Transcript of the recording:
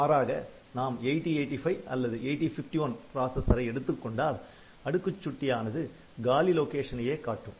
மாறாக நாம் 8085 அல்லது 8051 பிராசஸரை எடுத்துக்கொண்டால் அடுக்குச் சுட்டி ஆனது காலி லொகேஷனையே காட்டும்